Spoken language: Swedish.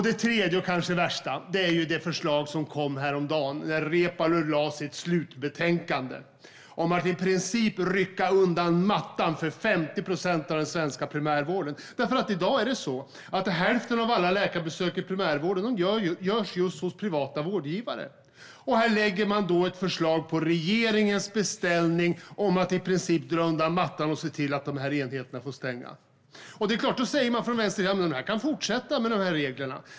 Det tredje och kanske värsta är det förslag som kom häromdagen, när Reepalu lade fram sitt slutbetänkande. Det handlar om att i princip rycka undan mattan för 50 procent av den svenska primärvården. I dag görs nämligen hälften av alla läkarbesök i primärvården just hos privata vårdgivare. Här lägger man på regeringens beställning fram ett förslag om att i princip dra undan mattan och se till att dessa enheter får stänga. Från vänstersidan säger man såklart att de kan fortsätta med dessa regler.